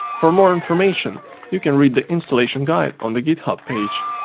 for more information you can read the installation guide on the github page.